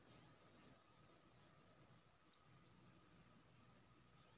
ओकर खेत एतेक गहीर मे छै ना जे ओहिमे खाली धाने हेतै